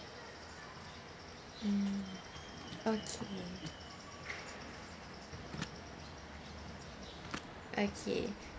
mm okay okay